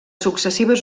successives